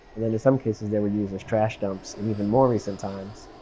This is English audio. and then in some cases they would use as trash dumps in even more recent times.